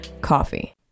coffee